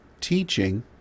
teaching